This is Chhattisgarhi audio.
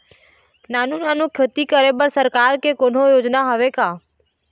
नानू नानू खेती करे बर सरकार के कोन्हो योजना हावे का?